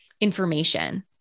information